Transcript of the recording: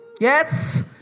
yes